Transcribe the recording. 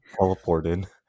teleported